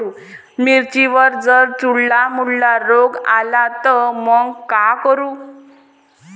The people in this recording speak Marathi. मिर्चीवर जर चुर्डा मुर्डा रोग आला त मंग का करू?